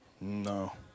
No